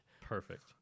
Perfect